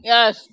Yes